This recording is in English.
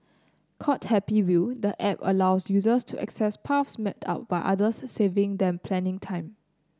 called Happy Wheel the app allows users to access paths mapped out by others saving them planning time